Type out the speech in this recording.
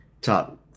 Top